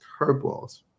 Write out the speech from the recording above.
curveballs